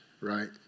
right